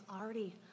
already